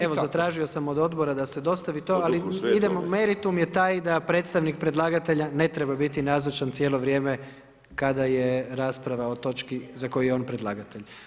Evo zatražio sam od Odbora da se dostavi to, ali idemo, meritum je taj da predstavnik predlagatelja ne treba biti nazočan cijelo vrijeme kada je rasprava o točki za koju je on predlagatelj.